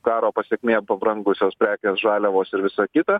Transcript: karo pasekmė pabrangusios prekės žaliavos ir visa kita